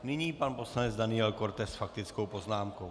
Nyní pan poslanec Daniel Korte s faktickou poznámkou.